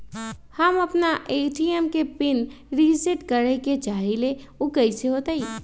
हम अपना ए.टी.एम के पिन रिसेट करे के चाहईले उ कईसे होतई?